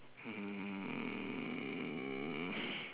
um